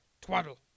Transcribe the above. Twaddle